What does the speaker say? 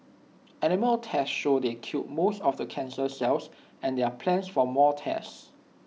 animal tests show they killed most of the cancer cells and there are plans for more tests